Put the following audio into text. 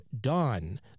Dawn